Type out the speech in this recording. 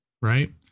Right